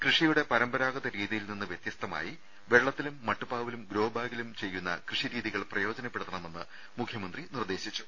കൃഷിയുടെ പരമ്പരാഗത രീതിയിൽനിന്ന് വ്യത്യസ്തമായി വെള്ളത്തിലും മട്ടുപ്പാവിലും ഗ്രോബാഗിലും കൃഷിരീതികൾ ചെയ്യുന്ന പ്രയോജനപ്പെടുത്തണമെന്ന് മുഖ്യമന്ത്രി നിർദ്ദേശിച്ചു